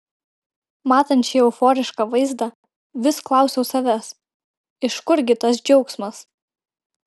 matant šį euforišką vaizdą vis klausiau savęs iš kur gi tas džiaugsmas